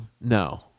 No